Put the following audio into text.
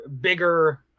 bigger